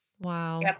Wow